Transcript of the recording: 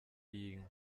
y’inka